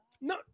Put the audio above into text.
No